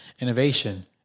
Innovation